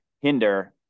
hinder